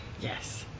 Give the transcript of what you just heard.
Yes